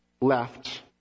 left